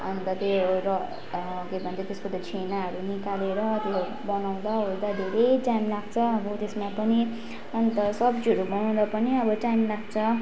अन्त त्यो र के भन्छ त्यसको छेनाहरू निकालेर त्यो बनाउँदा ओर्दा धेरै टाइम लाग्छ अब त्यसमा पनि अन्त सब्जीहरू बनाउँदा पनि अब टाइम लाग्छ